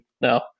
No